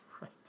right